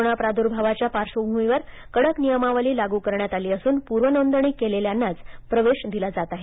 corona प्रादुर्भावाच्या पार्श्वभूमीवर कडक नियमावली लागू करण्यात आली असून पूर्वनोंदणी केलेल्यांनाच प्रवेश दिला जात आहे